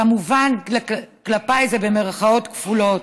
כמובן, כלפיי, זה במירכאות כפולות.